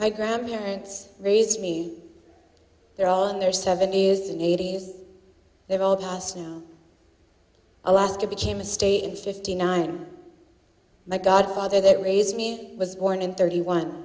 my grandparents raised me they're all in their seventies and eighties they've all passed alaska became a state in fifty nine my god father that raised me was born in thirty one